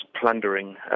plundering